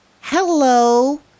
hello